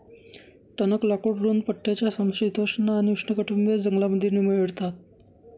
टणक लाकूड रुंद पट्ट्याच्या समशीतोष्ण आणि उष्णकटिबंधीय जंगलांमध्ये मिळतात